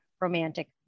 romantic